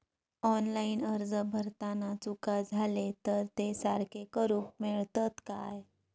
Online अर्ज भरताना चुका जाले तर ते सारके करुक मेळतत काय?